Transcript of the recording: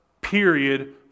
period